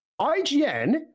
IGN